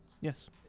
Yes